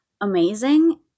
amazing